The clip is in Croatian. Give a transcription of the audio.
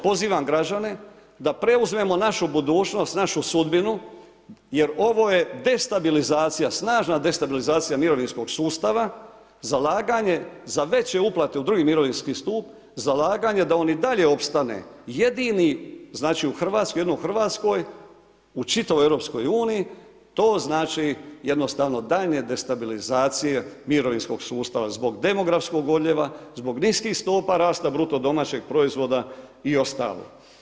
Pozivam građane da preuzmemo našu budućnost, našu sudbinu jer ovo je destabilizacija, snažna destabilizacija mirovinskog sustava, zalaganje za veće uplate u II. mirovinski stup, zalaganje da on i dalje opstane, jedino u Hrvatskoj, u čitavoj EU, to znači jednostavno daljnju destabilizaciju mirovinskog sustava zbog demografskog odljeva, zbog niskih stopa rasta BDP-a i ostalo.